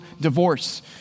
divorce